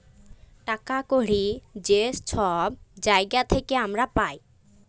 টাকা কড়হি যে ছব জায়গার থ্যাইকে আমরা পাই